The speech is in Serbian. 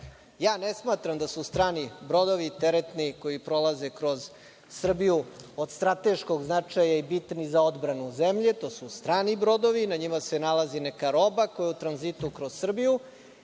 Ja ne smatram da su strani brodovi, teretni, koji prolaze kroz Srbiju od strateškog značaja i bitni za odbranu zemlje. To su strani brodovi, na njima se nalazi neka roba koja je u tranzitu kroz Srbiju